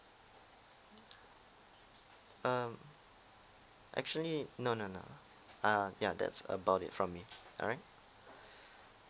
um actually no no no uh ya that's about it from me alright